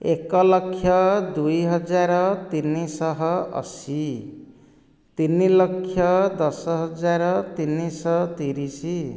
ଏକ ଲକ୍ଷ ଦୁଇ ହଜାର ତିନି ଶହ ଅଶି ତିନି ଲକ୍ଷ ଦଶ ହଜାର ତିନି ଶହ ତିରିଶି